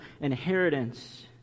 inheritance